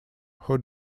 who